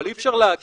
אבל אי-אפשר להגיד